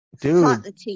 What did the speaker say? Dude